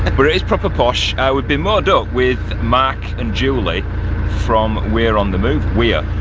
and but it is proper posh, we've been moored up with mark and julie from weir on the move weir?